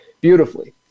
beautifully